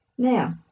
Now